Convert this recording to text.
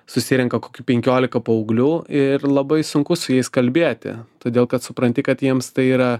susirenka kokių penkiolika paauglių ir labai sunku su jais kalbėti todėl kad supranti kad jiems tai yra